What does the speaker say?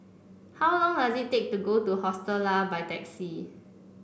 how long does it take to get to Hostel Lah by taxi